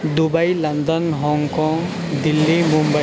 Dubai London Hong Kong Delhi Mumbai